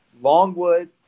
Longwood